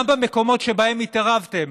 גם במקומות שבהם התערבתם: